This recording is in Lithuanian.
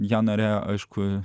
jo nariai aišku